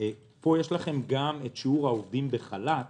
פה יש לכם גם שיעור העובדים בחל"ת.